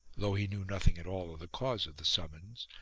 though he knew nothing at all of the cause of the summons,